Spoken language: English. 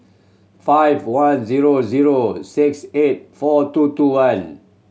five one zero zero six eight four two two one